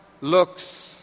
looks